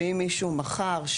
שאם מישהו מכר,